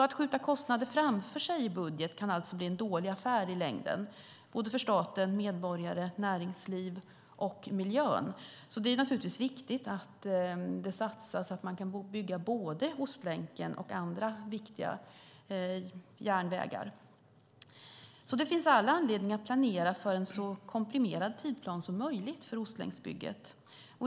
Att skjuta kostnader framför sig i budgeten kan alltså bli en dålig affär i längden för staten, medborgarna, näringslivet och miljön. Det är naturligtvis viktigt att det satsas, så att man kan bygga både Ostlänken och andra viktiga järnvägar. Det finns all anledning att planera för en så komprimerad tidsplan som möjligt för Ostlänksbygget.